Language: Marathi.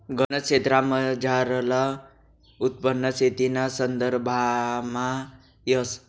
गनज क्षेत्रमझारलं उत्पन्न शेतीना संदर्भामा येस